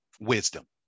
wisdom